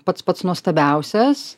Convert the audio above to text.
pats pats nuostabiausias